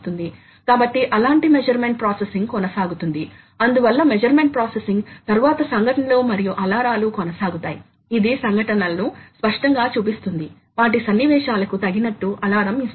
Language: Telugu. కాబట్టి మీకు ప్రాథమిక యంత్రాంగం ఉంది అది స్లయిడ్ స్క్రూ గేర్ లు గైడ్ చక్ మొదలైన వాటిని కలిగి ఉంటుంది